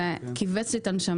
זה כיווץ לי את הנשמה.